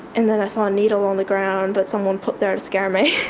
and then i saw a needle on the ground that someone put there to scare me.